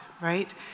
right